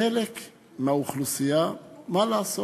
חלק מהאוכלוסייה, מה לעשות,